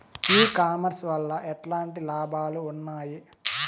ఈ కామర్స్ వల్ల ఎట్లాంటి లాభాలు ఉన్నాయి?